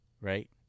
right